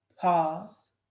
Pause